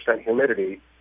humidity